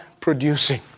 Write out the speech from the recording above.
producing